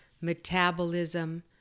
metabolism